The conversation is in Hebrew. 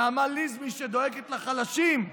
נעמה לזימי, שדואגת לחלשים,